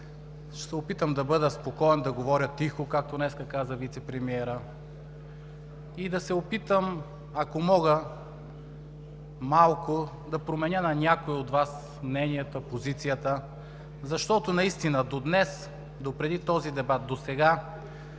Ще се опитам да бъда спокоен, да говоря тихо, както днес каза вицепремиерът, и да се опитам, ако мога, малко да променя на някои от Вас мненията, позицията, защото наистина до днес, до преди този дебат, досега,